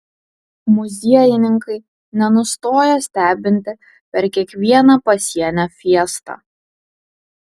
muziejininkai nenustoja stebinti per kiekvieną pasienio fiestą